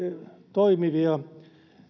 toimivia